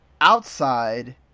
outside